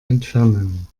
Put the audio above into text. entfernen